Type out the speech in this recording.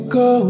go